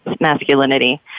masculinity